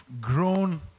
grown